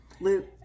Luke